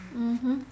mmhmm